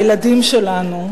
הילדים שלנו,